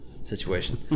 situation